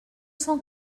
cent